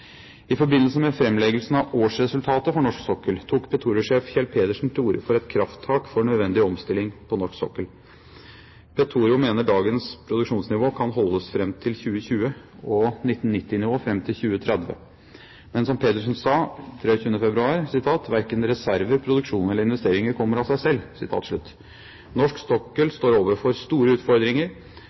I forbindelse med framleggelsen av årsresultatet for norsk sokkel tok Petoro-sjef Kjell Pedersen til orde for et krafttak for nødvendig omstilling på norsk sokkel. Petoro-sjefen mener dagens produksjonsnivå kan holdes fram til 2020 og 1990-nivå fram til 2030. Men som Pedersen sa 23. februar: «Men verken reserver, produksjon eller investeringer kommer av seg selv.» Norsk sokkel står overfor store utfordringer.